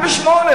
2008,